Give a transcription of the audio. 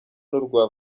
n’urwa